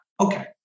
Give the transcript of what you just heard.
Okay